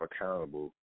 accountable